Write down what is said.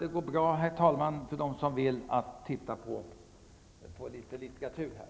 Det går alltså bra för dem som vill att titta på litet litteratur här.